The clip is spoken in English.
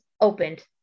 opened